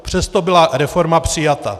Přesto byla reforma přijata.